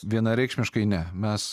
vienareikšmiškai ne mes